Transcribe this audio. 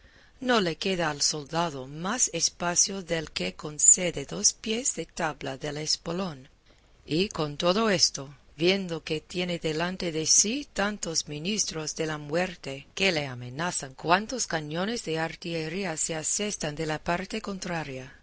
no le queda al soldado más espacio del que concede dos pies de tabla del espolón y con todo esto viendo que tiene delante de sí tantos ministros de la muerte que le amenazan cuantos cañones de artillería se asestan de la parte contraria